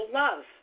love